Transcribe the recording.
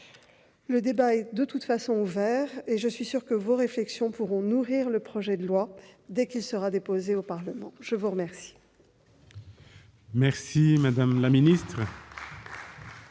Le débat est de toute façon ouvert et je suis sûre que vos réflexions pourront nourrir le projet de loi dès qu'il sera déposé au Parlement. La parole